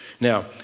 now